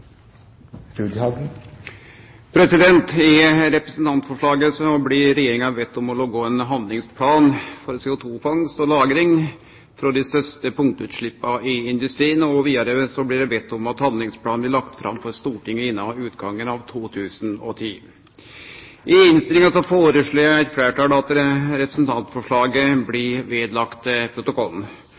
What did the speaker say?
vedtatt. I representantforslaget blir Regjeringa bedt om å lage ein handlingsplan for CO2-fangst og -lagring frå dei største punktutsleppa i industrien. Vidare blir det bedt om at handlingsplanen blir lagd fram for Stortinget innan utgangen av 2010. I innstillinga foreslår eit fleirtal at representantforslaget blir lagt ved protokollen.